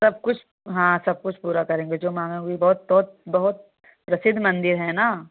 सब कुछ हाँ सब कुछ पूरा करेंगे जो माँगोगी बहुत बहुत बहुत प्रसिद्ध मंदिर है ना